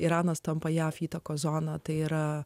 iranas tampa jav įtakos zoną tai yra